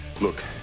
Look